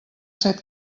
set